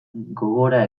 gogora